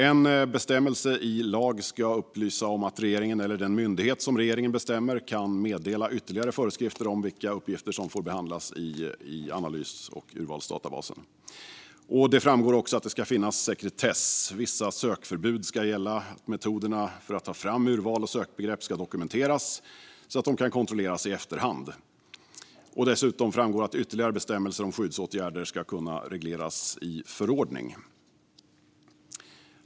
En bestämmelse i lag ska upplysa om att regeringen eller den myndighet som regeringen bestämmer kan meddela ytterligare föreskrifter om vilka uppgifter som får behandlas i analys och urvalsdatabasen. Det framgår också att det ska finnas sekretess - vissa sökförbud ska gälla, och metoderna för att ta fram urval och sökbegrepp ska dokumenteras så att de kan kontrolleras i efterhand. Dessutom framgår att ytterligare bestämmelser om skyddsåtgärder ska kunna regleras i förordning.